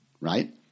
right